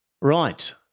Right